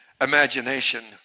imagination